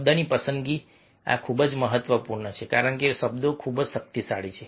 શબ્દની પસંદગી આ ખૂબ જ મહત્વપૂર્ણ છે કારણ કે શબ્દો ખૂબ જ શક્તિશાળી છે